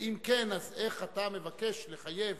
ואם כן, איך אתה מבקש לחייב